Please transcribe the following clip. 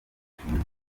ashinzwe